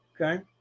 Okay